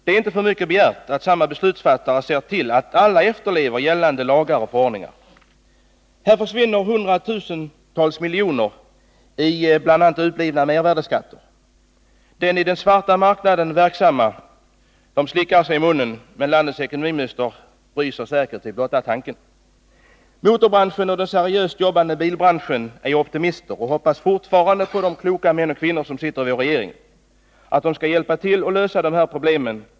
Det är inte för mycket begärt att samma beslutsfattare ser till att alla efterlever gällande lagar och förordningar. Här försvinner hundratusentals miljoner i bl.a. uteblivna mervärdeskatter. Den i den svarta marknaden verksamma slickar sig om munnen, men landets ekonomiminister ryser säkert vid blotta tanken. Motorbranschen och den seriöst arbetande bilbranschen är optimister och hoppas fortfarande på att de män och kvinnor som sitter i vår regering skall hjälpa till att lösa dessa problem.